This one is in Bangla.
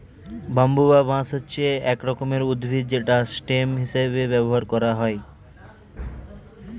ব্যাম্বু বা বাঁশ হচ্ছে এক রকমের উদ্ভিদ যেটা স্টেম হিসেবে ব্যবহার করা হয়